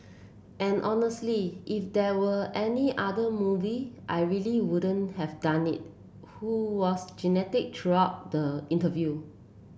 and honestly if there were any other movie I really wouldn't have done it who was throughout the interview